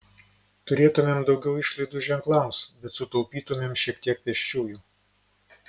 turėtumėm daugiau išlaidų ženklams bet sutaupytumėm šiek tiek pėsčiųjų